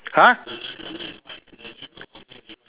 !huh!